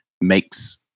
makes